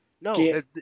No